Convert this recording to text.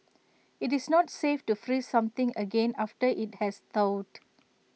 IT is not safe to freeze something again after IT has thawed